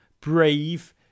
brave